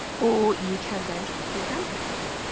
or you can go and track the exam papers